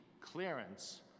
clearance